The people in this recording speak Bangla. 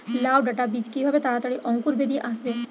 লাউ ডাটা বীজ কিভাবে তাড়াতাড়ি অঙ্কুর বেরিয়ে আসবে?